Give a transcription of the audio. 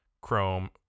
Chrome